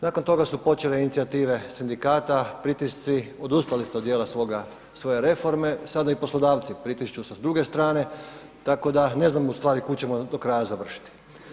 Nakon toga su počele inicijative sindikata, pritisci, odustali ste od dijela svoje reforme sada i poslodavci pritišću s druge strane, tako da ne znam ustvari kuda ćemo do kraja završiti.